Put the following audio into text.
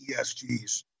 ESGs